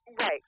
Right